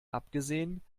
abgesehen